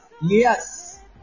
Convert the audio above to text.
Yes